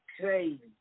crazy